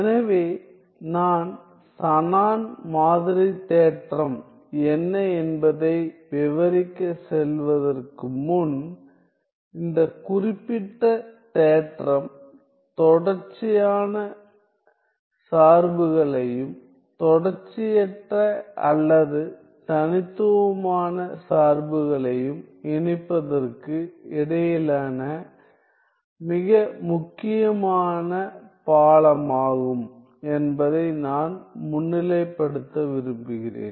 எனவே நான் ஷானன் மாதிரி தேற்றம் என்ன என்பதை விவரிக்க செல்வதற்கு முன் இந்த குறிப்பிட்ட தேற்றம் தொடர்ச்சியான சார்புகளையும் தொடர்ச்சியற்ற அல்லது தனித்துவமான சார்புகளையும் இணைப்பதற்கு இடையிலான மிக முக்கியமான பாலமாகும் என்பதை நான் முன்னிலைப்படுத்த விரும்புகிறேன்